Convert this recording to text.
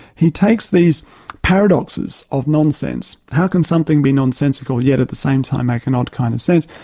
he takes these paradoxes of non-sense, how can something be nonsensical yet at the same time, make an odd kind of sense?